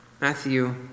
Matthew